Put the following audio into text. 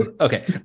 okay